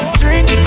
drink